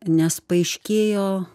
nes paaiškėjo